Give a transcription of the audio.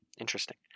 Interesting